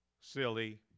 silly